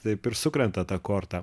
taip ir sukrenta ta korta